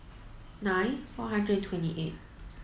nine four hundred and twenty eight